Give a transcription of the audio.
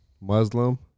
Muslim